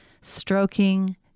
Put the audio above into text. Stroking